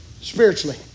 spiritually